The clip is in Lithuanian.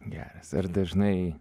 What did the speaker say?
geras ar dažnai